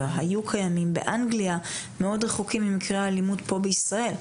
או היו קיימים באנגליה מאוד רחוקים ממקרי האלימות פה בישראל.